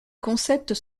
concepts